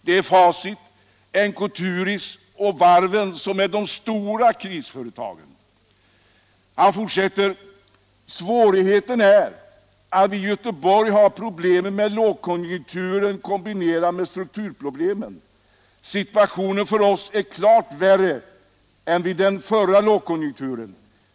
Det är Facit, NK-Turitz och varven som är de stora krisföretagen.” Han fortsätter: ”Svårigheten är att vi i Göteborg har problemen med lågkonjunkturen kombinerade med strukturproblemen. Situationen för oss är klart värre än vid den förra lågkonjunkturen.